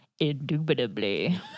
Indubitably